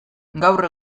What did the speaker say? gaur